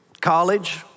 college